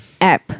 app